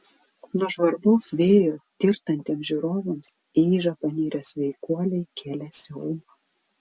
nuo žvarbaus vėjo tirtantiems žiūrovams į ižą panirę sveikuoliai kėlė siaubą